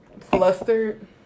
flustered